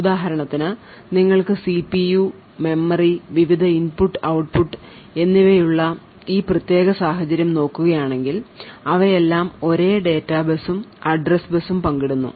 ഉദാഹരണത്തിന് നിങ്ങൾക്ക് CPU memory വിവിധ ഇൻപുട്ട് ഔട്ട്പുട്ട് എന്നിവയുള്ള ഈ പ്രത്യേക സാഹചര്യം നോക്കുകയാണെങ്കിൽ അവയെല്ലാം ഒരേ ഡാറ്റ ബസും അഡ്രസ്സ് ബസും പങ്കിടുന്നു